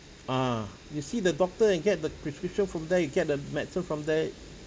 ah you see the doctor and get the prescription from there you get the medicine from there